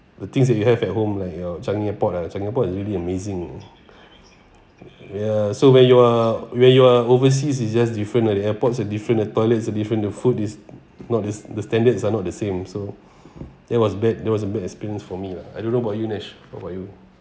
the things that you have at home like your changi airport ah changi airport is really amazing ya so when you are when you are overseas is just different ah the airports are different the toilet is different the food is not the the standards are not the same so that was bad that was a bad experience for me lah I don't know about you nesh what about you